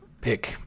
pick